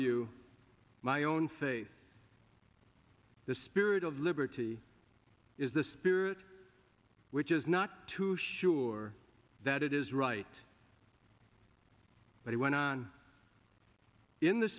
you my own faith the spirit of liberty is the spirit which is not too sure that it is right but he went on in the